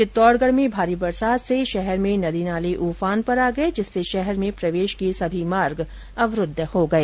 चित्तौडगढ में भारी बरसात से शहर में नदी नाले उफान पर आ गये जिससे शहर में प्रवेश के सभी मार्ग अवरूद्व हो गये